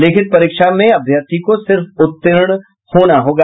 लिखित परीक्षा में अभ्यर्थी को सिर्फ उत्तीर्ण होना होगा